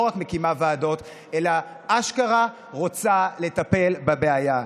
רק מקימה ועדות אלא אשכרה רוצה לטפל בבעיה.